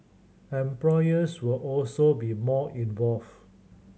employers will also be more involved